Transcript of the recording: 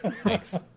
Thanks